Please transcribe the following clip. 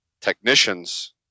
technicians